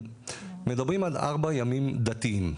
מדברים על ארבע ימים דתיים,